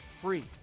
free